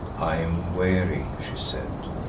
i am weary, she said,